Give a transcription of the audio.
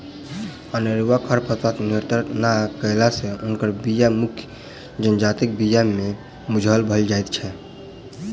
अनेरूआ खरपातक नियंत्रण नै कयला सॅ ओकर बीया मुख्य जजातिक बीया मे मिज्झर भ जाइत छै